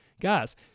guys